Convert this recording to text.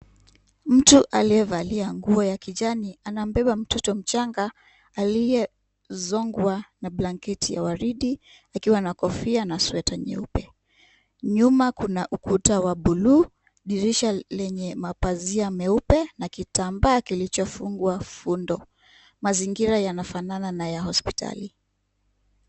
Mtu aliyevalia nguo ya kijani anambeba mtoto mchanga aliyezongwa na blanketi ya waridi akiwa na kofia na sweta nyeupe. Nyuma kuna ukuta wa buluu, dirisha lenye mapazia meupe na mapazia meupe na kitambaa kilichofungwa fundo. Mazingira yanafanana na ya hospitali.